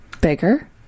bigger